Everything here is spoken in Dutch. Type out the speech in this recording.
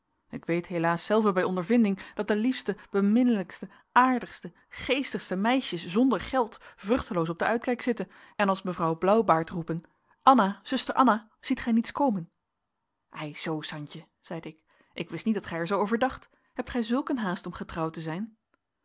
ik weet helaas zelve bij ondervinding dat de liefste beminnelijkste aardigste geestigste meisjes zonder geld vruchteloos op den uitkijk zitten en als mevrouw blauwbaard roepen anna zuster anna ziet gij niets komen ei zoo santje zeide ik ik wist niet dat gij er zoo over dacht hebt gij zulk een haast om getrouwd te zijn